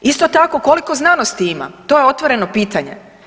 Isto tako koliko znanosti ima, to je otvoreno pitanje.